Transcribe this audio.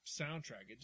soundtrack